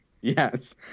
Yes